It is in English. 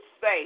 say